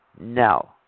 no